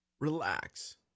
Relax